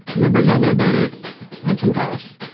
remembers olmo baty and some guys.